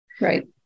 right